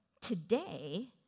today